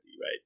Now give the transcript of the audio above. right